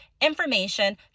information